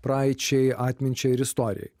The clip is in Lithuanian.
praeičiai atminčiai ir istorijai